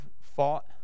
fought